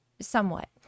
somewhat